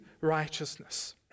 righteousness